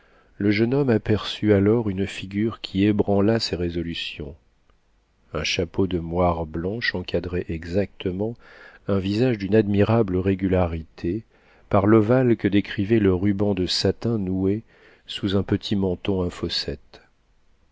le jeune homme aperçut alors une figure qui ébranla ses résolutions un chapeau de moire blanche encadrait exactement un visage d'une admirable régularité par l'ovale que décrivait le ruban de satin noué sous un petit menton à fossette